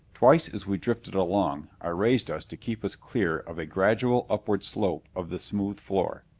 twice as we drifted along i raised us to keep us clear of a gradual upward slope of the smooth floor.